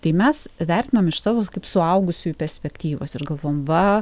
tai mes vertinam iš savo kaip suaugusiųjų perspektyvos ir galvojam va